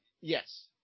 yes